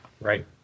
Right